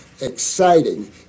exciting